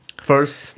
first